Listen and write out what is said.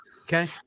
Okay